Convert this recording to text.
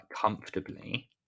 comfortably